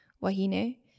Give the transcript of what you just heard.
Wahine